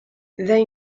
they